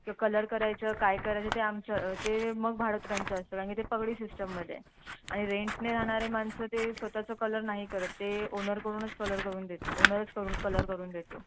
किंवा कलर करायचं काय करायचं ते आमचं ते मग भाडत्रांचं असतं कारण की ते पगडी सिस्टममध्ये आहे आणि रेंटने राहणारे माणसं ते स्वतःचं कलर नाही करत ते ओनरकडूनच कलर करून देत ओनरच करून कलर करून देतो